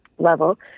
level